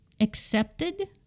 accepted